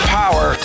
power